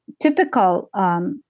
typical